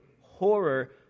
horror